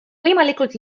võimalikult